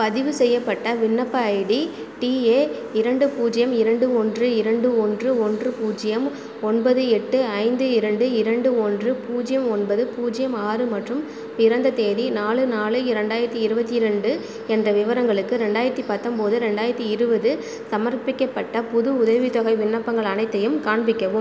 பதிவுசெய்யப்பட்ட விண்ணப்ப ID T A இரண்டு பூஜ்ஜியம் இரண்டு ஒன்று இரண்டு ஒன்று ஒன்று பூஜ்ஜியம் ஒன்பது எட்டு ஐந்து இரண்டு இரண்டு ஒன்று பூஜ்ஜியம் ஒன்பது பூஜ்ஜியம் ஆறு மற்றும் பிறந்த தேதி நாலு நாலு இரண்டாயிரத்தி இருபத்தி ரெண்டு என்ற விவரங்களுக்கு ரெண்டாயிரத்தி பத்தொம்போது ரெண்டாயிரத்தி இருபது சமர்ப்பிக்கப்பட்ட புது உதவித்தொகை விண்ணப்பங்கள் அனைத்தையும் காண்பிக்கவும்